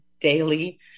daily